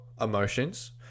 emotions